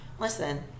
Listen